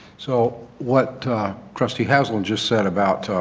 so what trustee haslund just said about